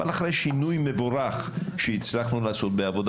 אבל אחרי שינוי מבורך שהצלחנו לעשות בעבודה